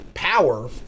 Power